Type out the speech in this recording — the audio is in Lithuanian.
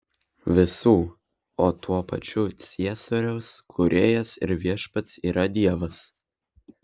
visų o tuo pačiu ciesoriaus kūrėjas ir viešpats yra dievas